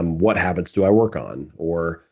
um what habits do i work on? or,